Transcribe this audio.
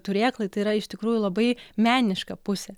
turėklai tai yra iš tikrųjų labai meniška pusė